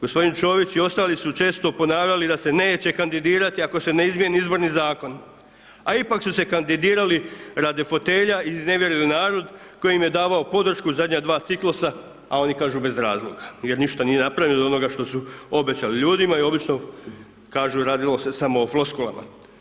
Gospodin Čović i ostali su često ponavljali da se neće kandidirati ako se ne izmjeni izborni zakon, a ipak su se kandidirali radi fotelja i iznevjerili narod koji im je davao podršku zadnja dva ciklusa, a oni kažu bez razloga jer ništa nije napravljeno od onoga što su obećali ljudima i obično kažu radilo se samo o floskulama.